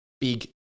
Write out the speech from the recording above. Big